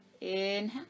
inhale